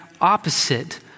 opposite